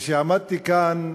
כשעמדתי כאן,